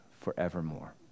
forevermore